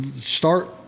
start